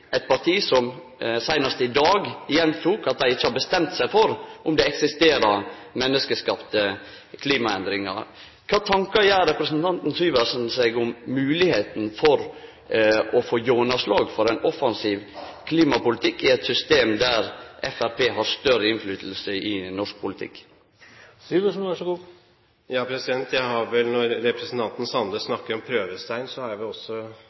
eit parti som seinast i dag gjentok at dei ikkje har bestemt seg for om det eksisterer menneskeskapte klimaendringar. Kva tankar gjer representanten Syversen seg om moglegheita for å få gjennomslag for ein offensiv klimapolitikk i eit system der Framstegspartiet har større innverknad i norsk politikk? Når representanten Sande snakker om prøvestein, har